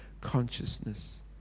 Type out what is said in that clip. consciousness